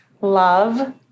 love